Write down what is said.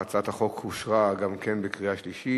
חוק לתיקון פקודת מסי העירייה ומסי הממשלה (פטורין) (מס'